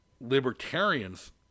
libertarians